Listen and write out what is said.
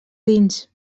dins